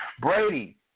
Brady